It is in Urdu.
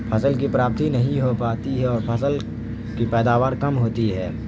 فصل کی پراپتی نہیں ہو پاتی ہے اور فصل کی پیداوار کم ہوتی ہے